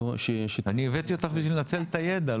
אני הבאתי אותך כדי לנצל את הידע,